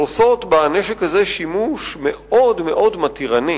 עושות בנשק הזה שימוש מאוד מאוד מתירני.